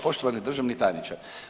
Poštovani državni tajniče.